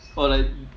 or like